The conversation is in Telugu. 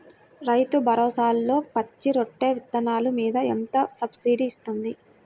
రైతు భరోసాలో పచ్చి రొట్టె విత్తనాలు మీద ఎంత సబ్సిడీ ఇస్తుంది?